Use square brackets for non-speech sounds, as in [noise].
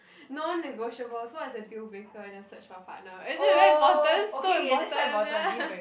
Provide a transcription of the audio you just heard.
non negotiable so what's a dealbreaker in a search for a partner actually is very important so important ya [laughs]